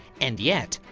and yet,